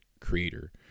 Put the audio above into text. creator